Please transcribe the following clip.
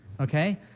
Okay